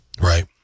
Right